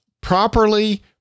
properly